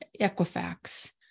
Equifax